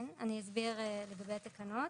כן, אני אסביר לגבי התקנות: